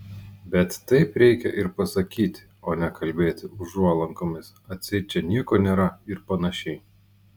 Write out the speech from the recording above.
bet taip reikia ir pasakyti o ne kalbėti užuolankomis atseit čia nieko nėra ir panašiai